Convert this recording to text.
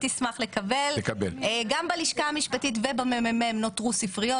גם בלשכה המשפטית ובמ.מ.מ נותרו ספריות.